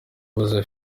yabuze